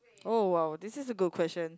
oh !wow! this is a good question